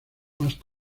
más